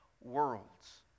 worlds